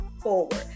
forward